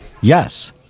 Yes